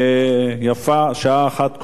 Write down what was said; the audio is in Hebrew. ויפה שעה אחת קודם,